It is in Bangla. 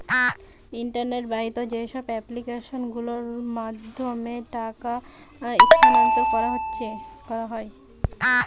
ইন্টারনেট বাহিত যেইসব এপ্লিকেশন গুলোর মাধ্যমে টাকা স্থানান্তর করতে হয়